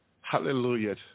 Hallelujah